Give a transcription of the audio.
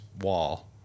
wall